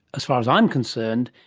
as far as i'm concerned,